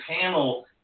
panel